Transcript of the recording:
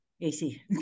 ac